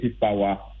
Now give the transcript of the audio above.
power